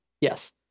yes